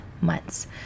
months